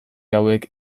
hauek